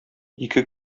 ике